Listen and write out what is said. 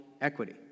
equity